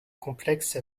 complexe